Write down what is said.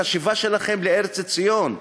את השיבה שלכם לארץ ציון.